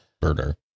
burner